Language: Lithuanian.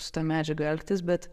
su ta medžiaga elgtis bet